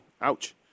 Ouch